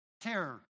terror